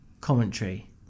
commentary